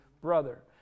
brother